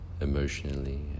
emotionally